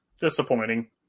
Disappointing